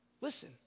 Listen